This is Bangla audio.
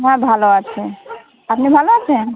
মা ভালো আছে আপনি ভালো আছেন